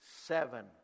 Seven